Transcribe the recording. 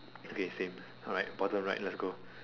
okay same alright bottom right let's go